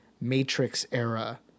Matrix-era